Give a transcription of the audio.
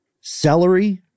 celery